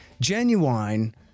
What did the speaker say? genuine